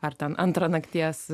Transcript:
ar ten antrą nakties